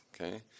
Okay